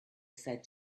said